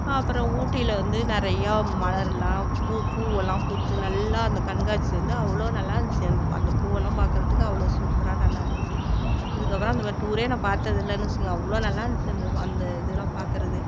அப்புறம் ஊட்டியில வந்து நிறையா மலருலாம் பூ பூவெல்லாம் பூத்து நல்லா அந்த கண்காட்சி வந்து அவ்வளோ நல்லாந்துச்சு அந்த அந்த பூவெல்லாம் பார்க்கறதுக்கு அவ்வளோ சூப்பராக நல்லாந்துச்சு இதுக்கப்புறம் அந்தமாதிரி டூரே நான் பார்த்ததுல்லன் வச்சிங்க அவ்வளோ நல்லாந்துச்சு அந்த வா அந்த இதெல்லாம் பார்க்கறது